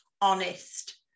honest